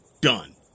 done